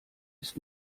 ist